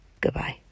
Goodbye